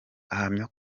ahamya